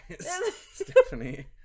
Stephanie